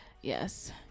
yes